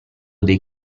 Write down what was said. dei